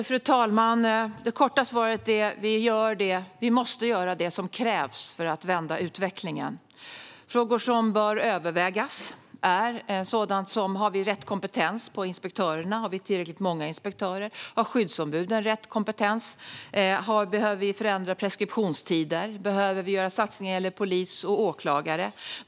Fru talman! Det korta svaret är att vi måste göra det som krävs för att vända utvecklingen. De här frågorna bör övervägas: Har vi rätt kompetens på inspektörerna? Har vi tillräckligt många inspektörer? Har skyddsombuden rätt kompetens? Behöver vi förändra preskriptionstider? Behöver vi göra satsningar när det gäller polis och åklagare?